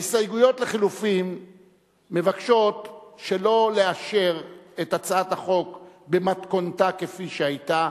ההסתייגויות לחלופין מבקשות שלא לאשר את הצעת החוק במתכונתה כפי שהיתה,